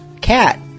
cat